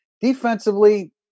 defensively